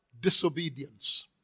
disobedience